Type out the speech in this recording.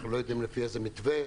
לא יודעים לפי איזה מתווה,